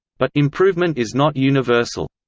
but improvement is not universal.